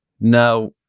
Now